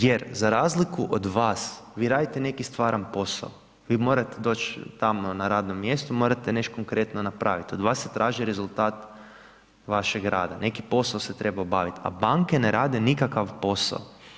Jer za razliku od vas vi radite neki stvaran posao, vi morate doć tamo na radno mjesto, morate nešto konkretno napravit, od vas se traži rezultat vašeg rada, neki posao se treba obavit, a banke ne rade nikakav posao.